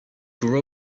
grew